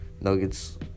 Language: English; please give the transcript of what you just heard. Nuggets